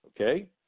okay